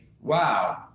wow